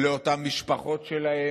במקום להגיד שאלה המקורות של התוכנית,